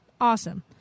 Awesome